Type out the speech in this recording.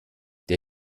der